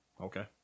Okay